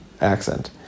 accent